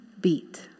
beat